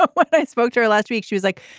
ah what? i spoke to her last week. she was like,